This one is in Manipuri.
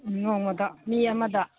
ꯅꯣꯡꯃꯗ ꯃꯤ ꯑꯃꯗ